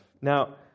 Now